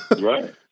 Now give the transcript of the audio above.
Right